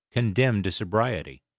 condemned to sobriety.